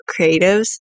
creatives